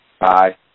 Bye